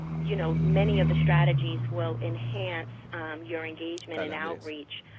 you know, many of the strategies will enhance your engagement and outreach,